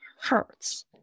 hurts